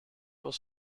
was